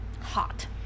hot